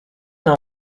nam